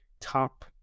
top